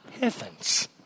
heavens